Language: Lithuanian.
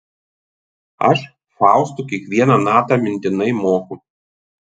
aš fausto kiekvieną natą mintinai moku